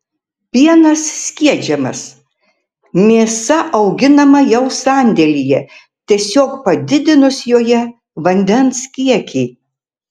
pienas skiedžiamas mėsa auginama jau sandėlyje tiesiog padidinus joje vandens kiekį